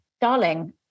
Darling